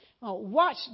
Watch